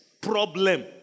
problem